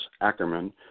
Ackerman